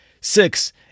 six